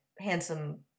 handsome